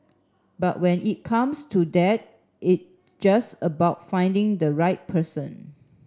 but when it comes to that it just about finding the right person